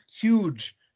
huge